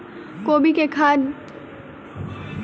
कोबी केँ खेती केँ लेल केँ खाद, बीज केँ प्रयोग करू?